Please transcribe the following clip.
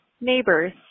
neighbors